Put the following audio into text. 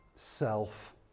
Self